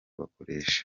bakoresha